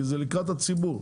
כי זה לקראת הציבור.